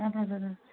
اَدٕ حظ اَدٕ حظ